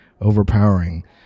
overpowering